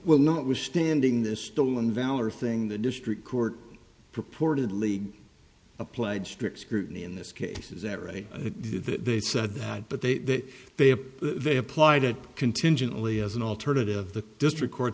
well notwithstanding this stolen valor thing the district court purportedly a pledge strict scrutiny in this case is that right they said that but they that they have they applied it contingently as an alternative the district court